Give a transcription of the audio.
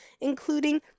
including